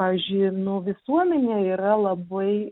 pavyzdžiui nu visuomenė yra labai